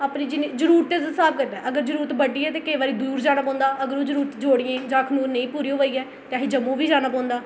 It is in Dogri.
अपनी जिन्नी जरुरतें दे स्हाब कन्नै अगर जरुरत बड्डी ते केईं बारी दूर जाना पौंदा अगर जरुरत ज्योड़ियां जां अखनूर नेईं पूरी होआ दी ऐ ते असें ई जम्मू बी जाना पौंदा